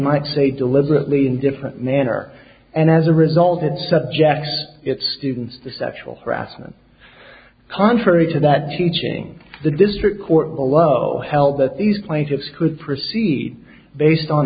might say deliberately indifferent manner and as a result it subjects its students the sexual harassment contrary to that teaching the district court below held that these plaintiffs could proceed based on